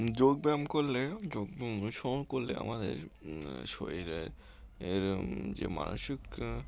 যোগব্যায়াম করলে যোগায় করলে আমাদের শরীরের যে মানসিক